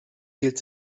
hielt